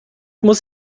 muss